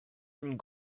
and